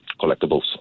collectibles